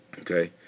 Okay